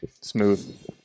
Smooth